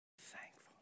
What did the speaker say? thankful